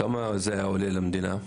כמה זה היה עולה למדינה?